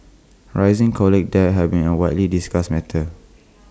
rising college debt has been A widely discussed matter